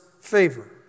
favor